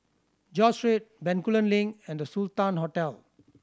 George Street Bencoolen Link and The Sultan Hotel